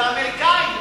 זה האמריקנים,